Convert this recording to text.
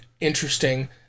interesting